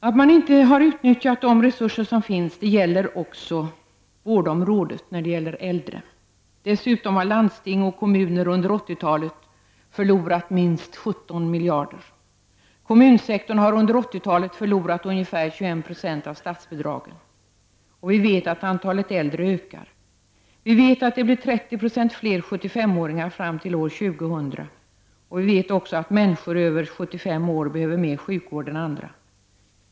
Att man inte har utnyttjat de resurser som finns gäller också vårdområdet i fråga om äldre. Dessutom har landsting och kommuner unde 1980 talet förlorat minst 17 miljarder. Kommunsektorn har under 1980-talet förlorat ungefär 21 % av statsbidragen. Vi vet att antalet äldre ökar. Vi vet att det blir 30 % fler 75-åringar fram till år 2000. Vi vet också att människor över 75 år behöver mer sjukvård än andra.